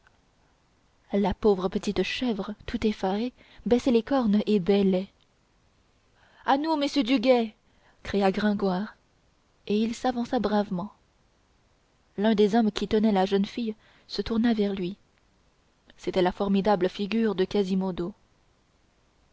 la pauvre petite chèvre tout effarée baissait les cornes et bêlait à nous messieurs du guet cria gringoire et il s'avança bravement l'un des hommes qui tenaient la jeune fille se tourna vers lui c'était la formidable figure de quasimodo